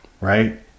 Right